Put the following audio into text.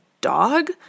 dog